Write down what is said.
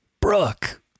Brooke